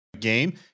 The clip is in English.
game